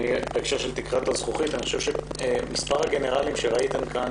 בהקשר של תקרת הזכוכית אני חושב שמספר הגנרלים שראיתם כאן